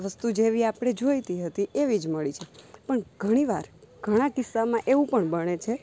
વસ્તુ જેવી આપણે જોઈતી હતી એવી જ મળી છે પણ ઘણીવાર ઘણા કિસ્સામાં એવું પણ બને છે